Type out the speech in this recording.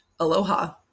Aloha